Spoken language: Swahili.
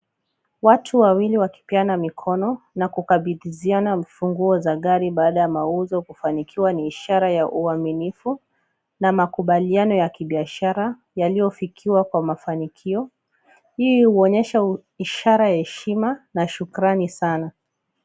Watu wawili wakipeana mikono na kukabidhiana funguo za gari baada ya mauzo kufanikiwa. Ni ishara ya uaminifu na makubaliano ya kibiashara yaliyofikiwa kwa mafanikio. Hii huonyesha ishara ya heshima na shukrani sana.